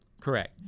Correct